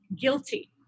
guilty